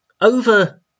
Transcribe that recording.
over